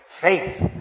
Faith